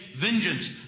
vengeance